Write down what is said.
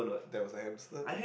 there was a hamster